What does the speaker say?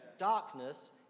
Darkness